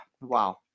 wow